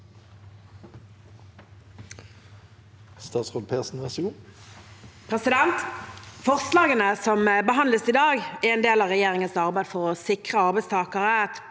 Forslagene som behandles i dag, er en del av regjeringens arbeid for å sikre arbeidstakere et